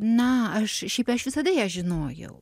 na aš šiaip aš visada ją žinojau